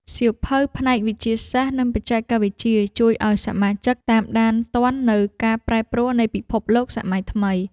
សៀវភៅផ្នែក វិទ្យាសាស្ត្រ និងបច្ចេកវិទ្យា ជួយឱ្យសមាជិកតាមដានទាន់នូវការប្រែប្រួលនៃពិភពលោកសម័យថ្មី។